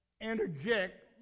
interject